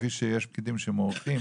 כפי שיש פקידים שמורחים,